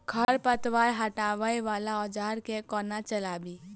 खरपतवार हटावय वला औजार केँ कोना चलाबी?